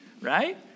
right